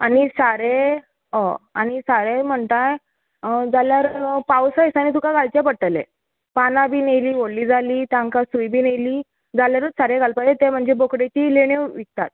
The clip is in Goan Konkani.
आनी सारें ऑ आनी सारें म्हणटाय जाल्यार पावसा दिसानी तुका घालचें पडटलें पानां बीन येयलीं व्होडलीं जालीं तांकां सूय बीन येयली जाल्यारूत सारें घालपाचें ते म्हणजे बोकडेची लेण्यो विकतात